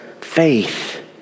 faith